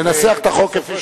לנסח את החוק כפי שהוא.